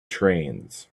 trains